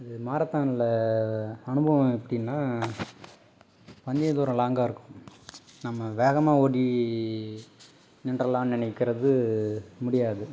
அது மாரத்தானில் அனுபவம் எப்படின்னா பந்தய தூரம் லாங்காக இருக்கும் நம்ம வேகமாக ஓடி நின்றலாம் நினக்கிறது முடியாது